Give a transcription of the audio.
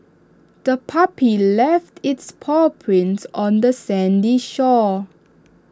the puppy left its paw prints on the sandy shore